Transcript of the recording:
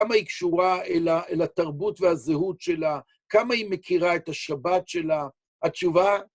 כמה היא קשורה אל התרבות והזהות שלה, כמה היא מכירה את השבת שלה. התשובה...